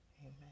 amen